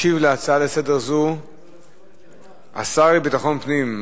ישיב להצעה לסדר זו השר לביטחון הפנים,